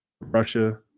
Russia